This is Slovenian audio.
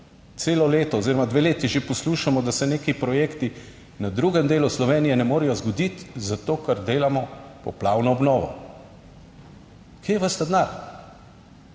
Celo leto oziroma dve leti že poslušamo, da se neki projekti na drugem delu Slovenije ne morejo zgoditi za to, kar delamo, poplavno obnovo. Kje je ves denar?